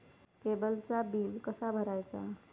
केबलचा बिल कसा भरायचा?